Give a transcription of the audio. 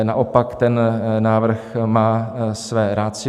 Naopak ten návrh má své ratio.